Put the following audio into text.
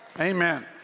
Amen